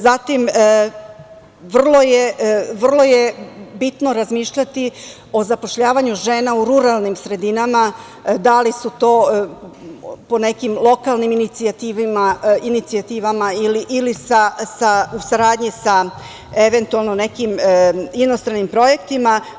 Zatim, vrlo je bitno razmišljati o zapošljavanju žena u ruralnim sredinama, da li su po nekim lokalnim inicijativama ili u saradnji sa nekim inostranim projektima.